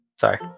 Sorry